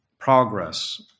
progress